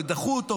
דחו אותו,